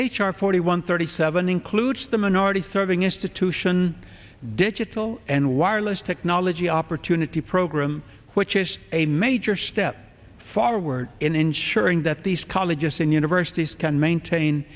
r forty one thirty seven includes the minority serving institutions digital and wireless technology opportunity program which is a major step forward in ensuring that these colleges and universities can maintain